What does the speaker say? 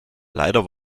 leider